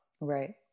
Right